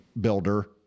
builder